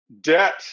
debt